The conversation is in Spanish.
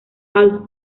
all